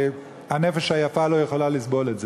שהנפש היפה לא יכולה לסבול את זה.